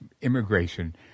immigration